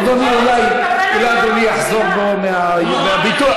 אדוני אולי אדוני יחזור בו מהביטוי,